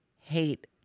hate